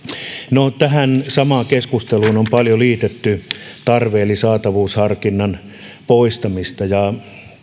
no tähän samaan keskusteluun on paljon liitetty tarve eli saatavuusharkinnan poistamista ja